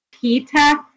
Pita